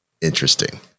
interesting